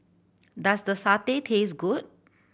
does the satay taste good